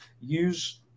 use